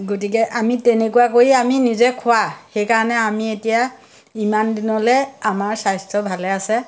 গতিকে আমি তেনেকুৱা কৰি আমি নিজে খোৱা সেইকাৰণে আমি এতিয়া ইমান দিনলৈ আমাৰ স্বাস্থ্য ভালে আছে